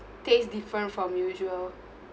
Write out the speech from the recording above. taste different from usual